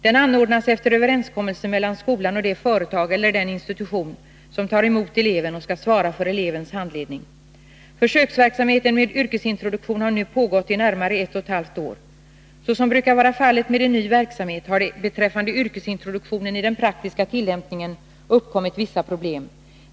Den anordnas efter överenskommelse mellan skolan och det företag eller den institution som tar emot eleven och skall svara för elevens handledning. Försöksverksamheten med yrkesintroduktion har nu pågått i närmare ett och ett halvt år. Såsom brukar vara fallet med en ny verksamhet har det beträffande yrkesintroduktionen i den praktiska tillämpningen uppkommit vissa problem.